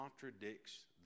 contradicts